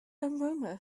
aroma